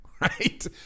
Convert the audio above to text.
right